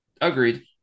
Agreed